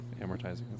Amortizing